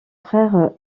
frère